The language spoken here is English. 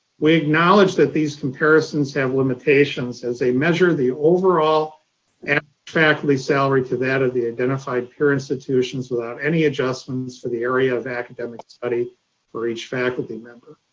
we acknowledge that these comparisons have limitations as they measure the overall faculty salary to that of the identified peer institutions without any adjustments for the area of academic study for each faculty member.